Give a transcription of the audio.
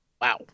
Wow